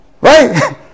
Right